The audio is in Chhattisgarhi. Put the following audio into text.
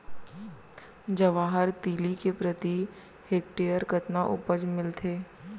जवाहर तिलि के प्रति हेक्टेयर कतना उपज मिलथे?